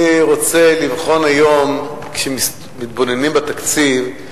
אני רוצה לבחון היום, כשמתבוננים בתקציב,